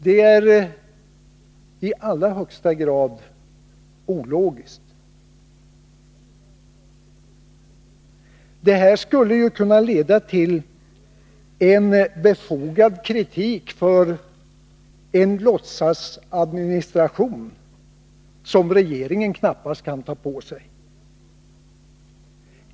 Det är i allra högsta grad ologiskt och skulle kunna leda till en befogad kritik för att regeringen tillgriper en låtsasadministration, något som knappast är till gagn för regeringen.